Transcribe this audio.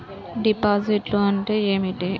డిపాజిట్లు అంటే ఏమిటి?